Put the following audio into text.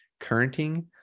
currenting